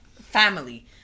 family